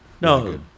No